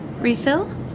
Refill